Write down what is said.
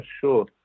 sure